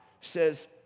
says